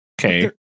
okay